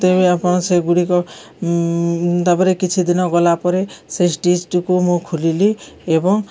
ତେବେ ଆପଣ ସେଗୁଡ଼ିକ ତା'ପରେ କିଛି ଦିନ ଗଲାପରେ ସେ ଷ୍ଟିଚ୍ଟିକୁ ମୁଁ ଖୋଲିଲି ଏବଂ